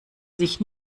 sich